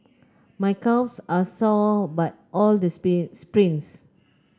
my calves are sore but all the sprints